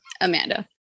amanda